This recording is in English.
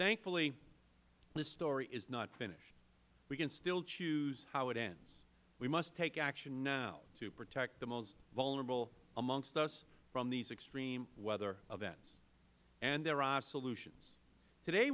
thankfully this story is not finished we can still choose how it ends we must take action now to protect the most vulnerable amongst us from these extreme weather events and there are solutions